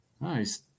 Nice